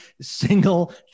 single